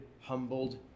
humbled